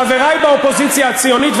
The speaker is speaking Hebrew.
חברי באופוזיציה הציונית,